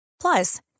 Plus